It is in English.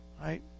Right